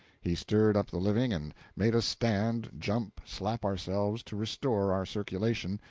he stirred up the living, and made us stand, jump, slap ourselves, to restore our circulation,